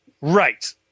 Right